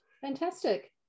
Fantastic